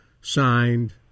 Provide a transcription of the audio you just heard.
signed